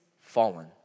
fallen